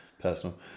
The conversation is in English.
personal